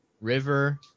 River